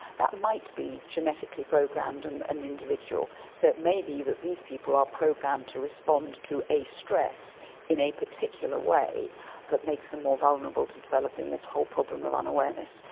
that might be genetically programmed in an individual, so it may be that these people are programmed to respond to a stress in a particular way that makes them more vulnerable to developing this whole problem of unawareness.